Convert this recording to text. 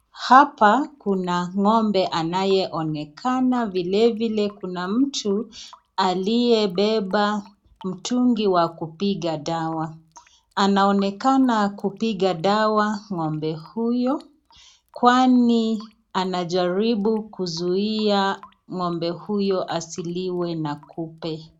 Hapa kuna ng'ombe anayeonekana vilevile kuna mtu aliyebeba mtungi wa kupiga dawa. Anaonekana kupiga dawa ng'ombe huyo kwani anajaribu kuzuia ng'ombe huyo asiliwe na kupe.